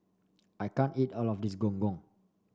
I can't eat all of this Gong Gong